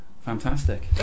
fantastic